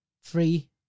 free